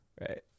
Right